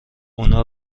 اونا